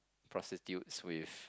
prostitutes with